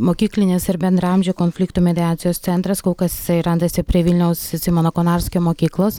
mokyklinės ir bendraamžių konfliktų mediacijos centras kol kas jisai randasi prie vilniaus simono konarskio mokyklos